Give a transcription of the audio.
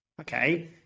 Okay